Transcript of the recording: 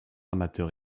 amateurs